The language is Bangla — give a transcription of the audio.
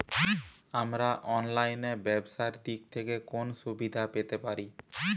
আমরা অনলাইনে ব্যবসার দিক থেকে কোন সুবিধা পেতে পারি?